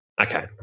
Okay